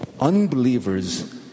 unbelievers